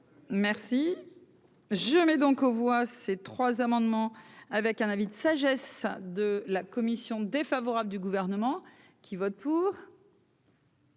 Merci, je mets donc aux voix ces trois amendements avec un avis de sagesse de la Commission défavorable du gouvernement qui vote pour.